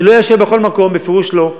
אני לא אאשר בכל מקום, בפירוש לא.